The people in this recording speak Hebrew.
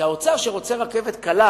האוצר רוצה רכבת קלה